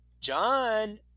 John